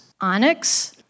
Onyx